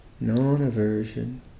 non-aversion